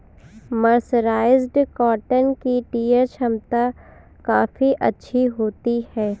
mercerised cotton की tear छमता काफी अच्छी होती है